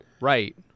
right